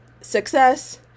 success